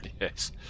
Yes